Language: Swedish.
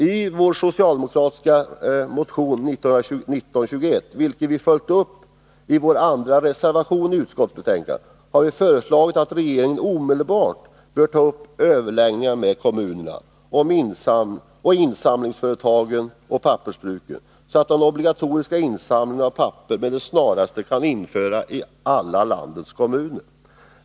I den socialdemokratiska motionen 1921, vilken vi följt upp i vår andra reservation i utskottsbetänkandet, har vi föreslagit att regeringen omedelbart skall uppta överläggningar med kommunerna, insamlingsföretagen och pappersbruken, så att den obligatoriska insamlingen av papper med det snaraste kan införas i alla landets kommuner.